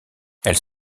elles